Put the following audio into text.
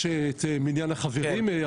יש את מניין החברים?